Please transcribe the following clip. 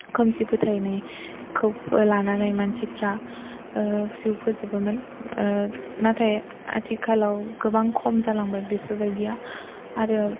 खोमसि फोथायनायखौ लानानै मानसिफोरा जिउ फोजोबोमोन नाथाय आथिखालाव गोबां खम जालांबाय बेफोरबायदिया आरो